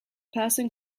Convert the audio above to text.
person